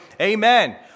amen